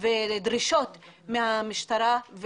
ודרישות מהמשטרה,